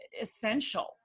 essential